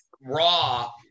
Raw